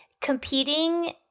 competing